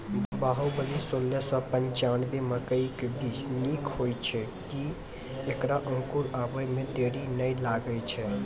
बाहुबली सोलह सौ पिच्छान्यबे मकई के बीज निक होई छै किये की ऐकरा अंकुर आबै मे देरी नैय लागै छै?